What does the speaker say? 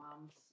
moms